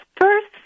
first